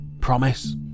Promise